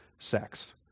sex